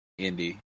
indie